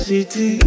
City